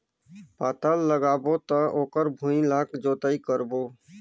पातल लगाबो त ओकर भुईं ला जोतई करबो?